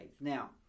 Now